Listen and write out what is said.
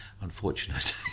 unfortunate